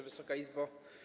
Wysoka Izbo!